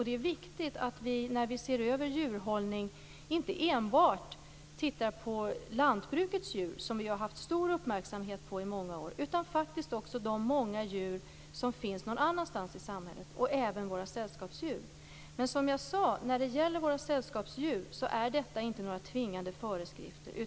Det är viktigt att vi, när vi ser över djurhållning, inte enbart tittar på lantbrukets djur, som vi ju har haft stor uppmärksamhet på i många år, utan också de många djur som finns någon annanstans i samhället och även våra sällskapsdjur. Som jag sade är detta inte några tvingande föreskrifter när det gäller våra sällskapsdjur.